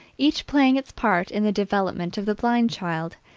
each playing its part in the development of the blind child,